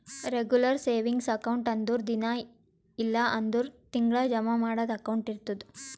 regular savings account ಅಂದುರ್ ದಿನಾ ಇಲ್ಲ್ ಅಂದುರ್ ತಿಂಗಳಾ ಜಮಾ ಮಾಡದು ಅಕೌಂಟ್ ಇರ್ತುದ್